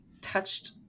touched